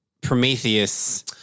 Prometheus